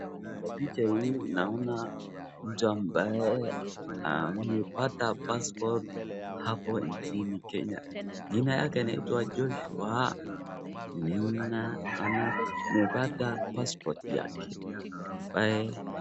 Kwa picha hii naona mtu ambaye amepata cs[passport]cs hapo nchini Kenya, jina yake anaitwa Joshua na amepata cs[passport]cs yake.